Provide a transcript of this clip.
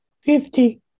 Fifty